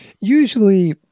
usually